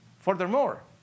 furthermore